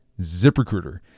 ZipRecruiter